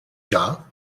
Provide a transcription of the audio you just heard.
jahr